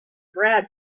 brad